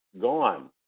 Gone